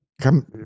come